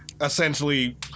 essentially